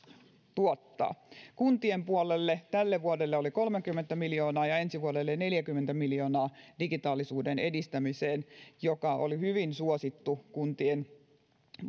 tuottaa kuntien puolelle tälle vuodelle oli kolmekymmentä miljoonaa ja ensi vuodelle neljäkymmentä miljoonaa digitaalisuuden edistämiseen joka oli hyvin suosittu kuntien